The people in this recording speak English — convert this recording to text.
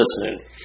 listening